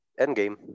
Endgame